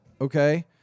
Okay